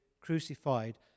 crucified